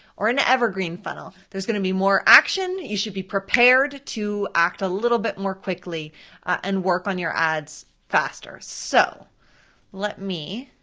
or an evergreen funnel. there's gonna be more action, you should be prepared to act a little bit more quickly and work on your ads faster. so let me,